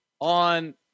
on